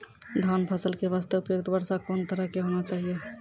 धान फसल के बास्ते उपयुक्त वर्षा कोन तरह के होना चाहियो?